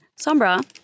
Sombra